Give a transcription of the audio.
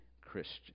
Christian